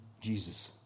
Jesus